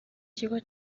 kigo